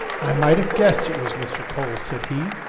i might have guessed it was mr. cole, said he.